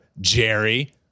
Jerry